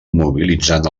mobilitzant